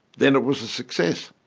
then it was a success.